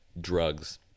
drugs